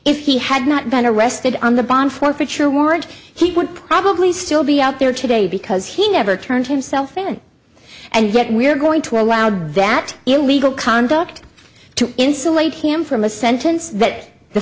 if he had not been arrested on the bond forfeiture warrant he would probably still be out there today because he never turned himself in and yet we're going to allow that illegal conduct to insulate him from a sentence that the